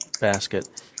basket